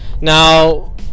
Now